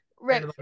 right